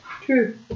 True